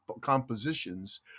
compositions